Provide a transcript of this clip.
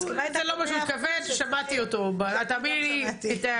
לא זאת היתה הכוונה, שמעתי את זה מצויין.